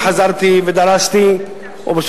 הילדים ושל